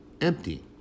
empty